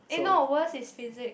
eh no worst is physics